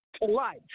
life